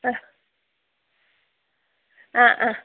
ആ ആ ആ